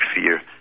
fear